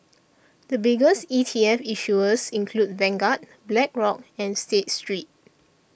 the biggest E T F issuers include Vanguard Blackrock and State Street